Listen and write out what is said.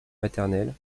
maternelles